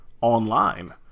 online